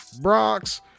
bronx